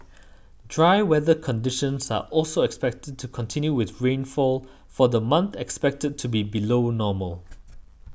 dry weather conditions are also expected to continue with rainfall for the month expected to be below normal